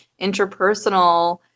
interpersonal